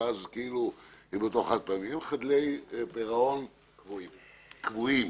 הם חדלי פירעון קבועים.